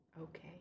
Okay